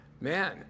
man